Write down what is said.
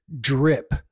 drip